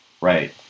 Right